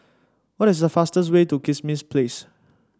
what is the fastest way to Kismis Place